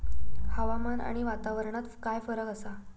हवामान आणि वातावरणात काय फरक असा?